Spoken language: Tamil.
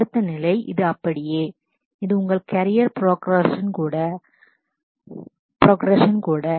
அடுத்த நிலை இது அப்படியே இது உங்கள் கேரியர் ப்ரொக்ஃரெஸ்ஸன் progression கூட